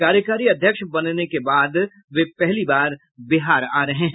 कार्यकारी अध्यक्ष बनने के बाद वे पहली बार बिहार आ रहे हैं